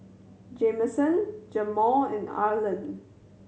Jameson Jamaal and Arland